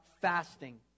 Fasting